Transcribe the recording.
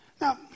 Now